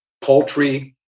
poultry